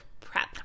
prep